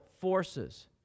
forces